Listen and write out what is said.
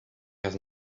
has